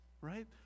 right